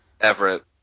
Everett